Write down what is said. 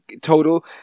total